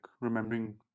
remembering